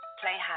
Playhouse